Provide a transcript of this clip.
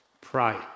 pray